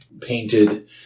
painted